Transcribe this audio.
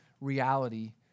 reality